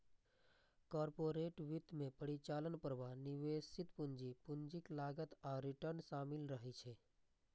corporate वित्त मे परिचालन प्रवाह, निवेशित पूंजी, पूंजीक लागत आ रिटर्न शामिल रहै छै